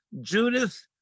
Judith